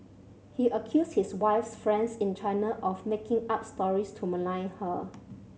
he accused his wife's friends in China of making up stories to malign her